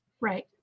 Right